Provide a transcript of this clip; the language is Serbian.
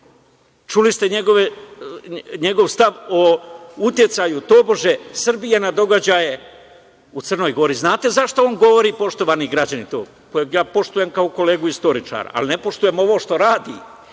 Čuli ste njegov stav o uticaju Srbije na događaje u Crnoj Gori. Znate li zašto on govori to, poštovani građani, kojeg poštujem kao kolegu istoričara, ali ne poštujem ovo što radi?